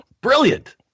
Brilliant